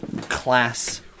class